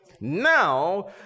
Now